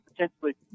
potentially